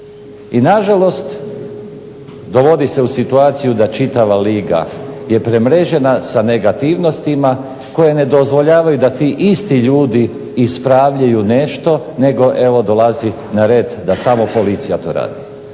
I na žalost dovodi se u situaciju da čitava liga je premrežena sa negativnostima, koje ne dozvoljavaju da ti isti ljudi ispravljaju nešto, nego evo dolazi na red da samo policija to radi.